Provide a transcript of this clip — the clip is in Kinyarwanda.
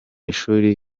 ishuri